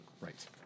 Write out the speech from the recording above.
Right